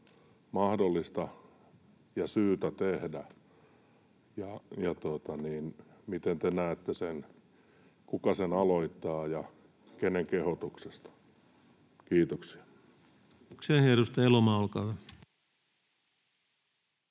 mahdollista ja syytä tehdä? Miten te näette sen? Kuka sen aloittaa, ja kenen kehotuksesta? — Kiitoksia.